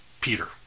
Peter